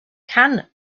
can